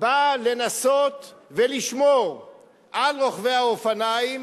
באה לנסות לשמור על רוכבי האופניים